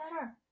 better